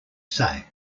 say